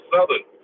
Southern